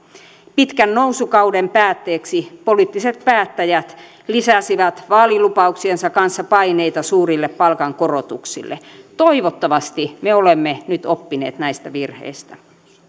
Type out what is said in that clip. pitkän nousukauden päätteeksi poliittiset päättäjät lisäsivät vaalilupauksiensa kanssa paineita suurille palkankorotuksille toivottavasti me olemme nyt oppineet näistä virheistä